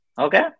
okay